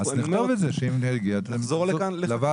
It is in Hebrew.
אז תכתוב את זה, שתחזרו לוועדה.